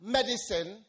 medicine